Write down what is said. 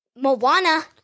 Moana